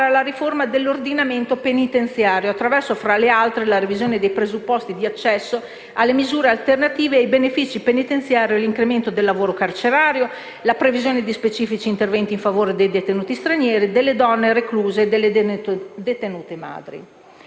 alla riforma dell'ordinamento penitenziario attraverso, fra le altre, la revisione dei presupposti di accesso alle misure alternative e ai benefici penitenziari, l'incremento del lavoro carcerario, la previsione di specifici interventi in favore dei detenuti stranieri, delle donne recluse e delle detenute madri.